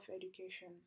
education